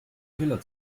teller